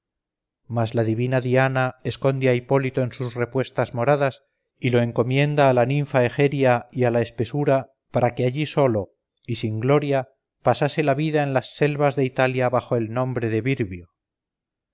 mas la divina diana esconde a hipólito en sus repuestas moradas y lo encomienda a la ninfa egeria y ala espesura para que allí solo y sin gloria pasase la vida en las selvas de italia bajo el nombre de virbio